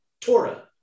Torah